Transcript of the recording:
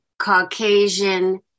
Caucasian